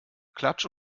klatsch